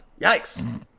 Yikes